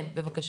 בבקשה.